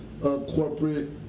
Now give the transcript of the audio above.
corporate